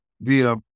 via